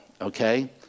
Okay